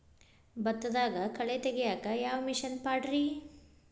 ಭತ್ತದಾಗ ಕಳೆ ತೆಗಿಯಾಕ ಯಾವ ಮಿಷನ್ ಪಾಡ್ರೇ?